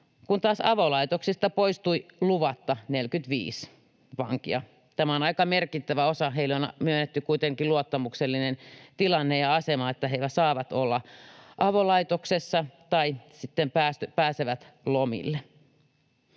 kun taas avolaitoksista poistui luvatta 45 vankia. Tämä on aika merkittävä osa. Heille on myönnetty kuitenkin luottamuksellinen tilanne ja asema, että he saavat olla avolaitoksessa tai sitten pääsevät lomille.